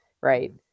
right